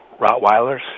Rottweilers